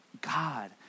God